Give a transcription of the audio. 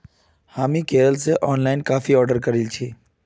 हामी केरल स online coffee order करील छि